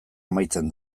amaitzen